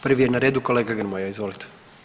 Prvi je na redu kolega Grmoja, izvolite.